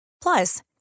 Plus